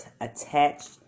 attached